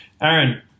Aaron